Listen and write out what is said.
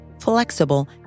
flexible